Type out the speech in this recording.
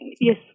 Yes